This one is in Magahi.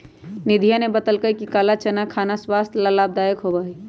निधिया ने बतल कई कि काला चना खाना स्वास्थ्य ला लाभदायक होबा हई